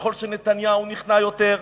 ככל שנתניהו נכנע יותר,